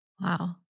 Wow